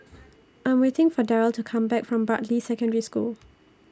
I Am waiting For Daryle to Come Back from Bartley Secondary School